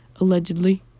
allegedly